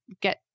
get